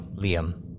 Liam